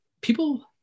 people